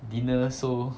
dinner so